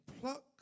pluck